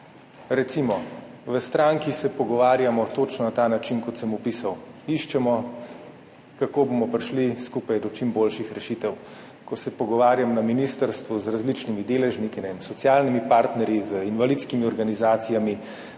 Recimo, v stranki se pogovarjamo točno na ta način, kot sem opisal, iščemo, kako bomo prišli skupaj do čim boljših rešitev, ko se pogovarjam na ministrstvu z različnimi deležniki, ne vem, s socialnimi partnerji, z invalidskimi organizacijami,